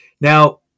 Now